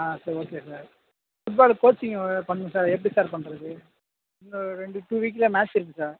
ஆ சரி okay sir football coaching பண்ணும் sir எப்படி சார் பண்ணுறது இன்னும் ரெண்டு டூ வீக்கில மேட்ச் இருக்கு சார்